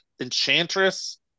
enchantress